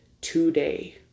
today